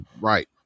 right